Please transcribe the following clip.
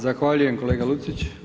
Zahvaljujem kolega Lucić.